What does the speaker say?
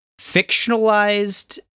fictionalized